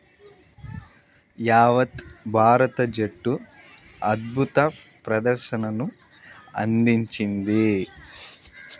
యావత్ భారత జట్టు అద్భుత ప్రదర్శనను అందించింది